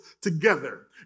together